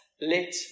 let